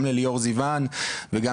גם לליאור זיוון וגם